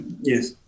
yes